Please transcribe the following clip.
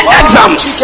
exams